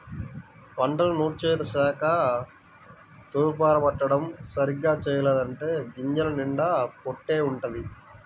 పంటను నూర్చేశాక తూర్పారబట్టడం సరిగ్గా చెయ్యలేదంటే గింజల నిండా పొట్టే వుంటది